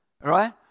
right